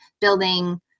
building